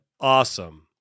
awesome